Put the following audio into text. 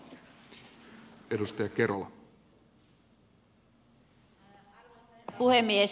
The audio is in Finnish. arvoisa herra puhemies